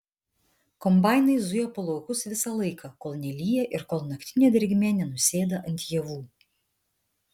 kombainai zuja po laukus visą laiką kol nelyja ir kol naktinė drėgmė nenusėda ant javų